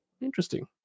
Interesting